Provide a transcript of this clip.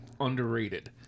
underrated